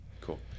Cool